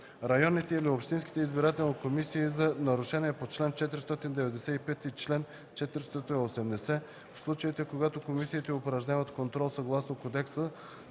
районните или общинските избирателни комисии за нарушения по чл. 495 и чл. 480 – в случаите, когато комисиите упражняват контрол съгласно кодекса,